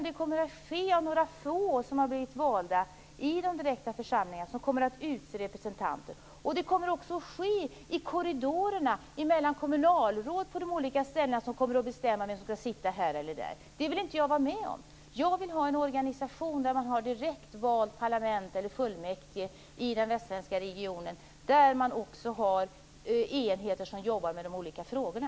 Det kommer att vara några få som har blivit valda i de direkta församlingarna som kommer att utse representanter. Det kommer också att ske i korridorerna mellan kommunalråd på de olika ställena. De kommer att bestämma vem som skall sitta här eller där. Det vill inte jag vara med om. Jag vill ha en organisation där man har ett direkt valt parlament eller fullmäktige i den västsvenska regionen, och där man också har enheter som jobbar med de olika frågorna.